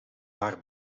haar